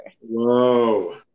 Whoa